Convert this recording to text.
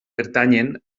pertanyen